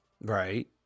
Right